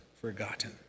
forgotten